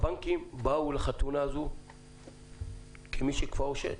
הבנקים באו לחתונה הזאת כמי שכפאו שד.